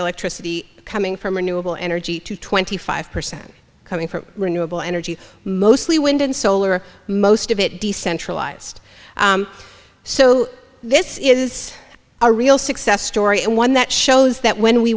electricity coming from renewable energy to twenty five percent coming from renewable energy mostly wind and solar most of it decentralized so this is a real success story and one that shows that when we